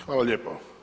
Hvala lijepo.